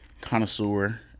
connoisseur